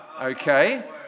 Okay